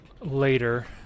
later